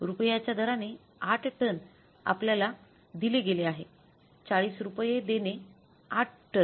रुपयाच्या दराने ८ टन आपल्याला दिल गेलं आहे ४० रुपये देणे ८ टन